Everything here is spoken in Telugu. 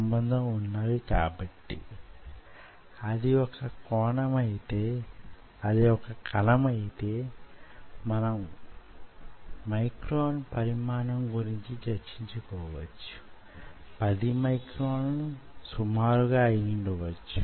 ఇటువంటి దానిని మీరు తయారు చేస్తే అక్కడ చాలా పరిమితమైన రాశిలో మాధ్యమాన్ని వుంచవచ్చు